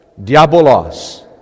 Diabolos